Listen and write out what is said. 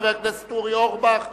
הרווחה